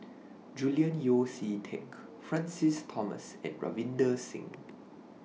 Julian Yeo See Teck Francis Thomas and Ravinder Singh